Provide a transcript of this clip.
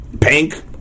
Pink